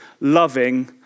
loving